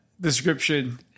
description